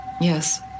Yes